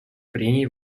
прений